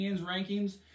rankings